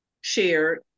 shared